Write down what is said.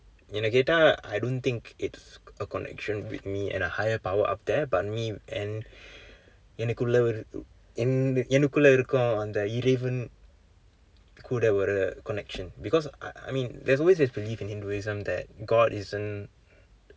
என்ன கேட்ட:enna kaetta I don't think it's a connection with me and a higher power up there but me and எனக்கு உள்ள ஒரு எனது என்னகுல இருக்கும் அந்த இறைவன் கூட ஒரு:enakku ulla oru enathu ennakula irukkum antha iraivan kuuda oru connection because I I mean there's always this belief in hinduism that god isn't